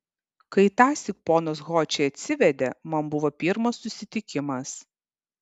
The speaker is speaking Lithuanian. kai tąsyk ponas ho čia atsivedė man buvo pirmas susitikimas